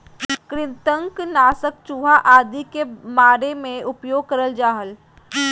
कृंतक नाशक चूहा आदि के मारे मे उपयोग करल जा हल